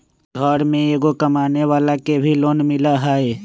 घर में एगो कमानेवाला के भी लोन मिलहई?